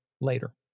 later